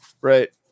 right